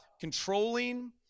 controlling